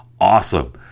Awesome